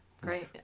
great